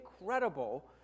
incredible